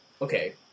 Okay